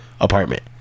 apartment